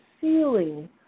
ceiling